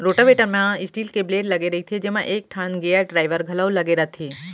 rotavator म steel के blade लगे रइथे जेमा एकठन गेयर ड्राइव घलौ लगे रथे